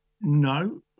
No